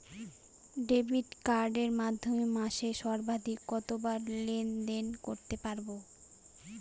Debit কার্ডের মাধ্যমে মাসে সর্বাধিক কতবার লেনদেন করতে পারবো?